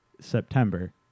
September